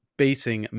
beating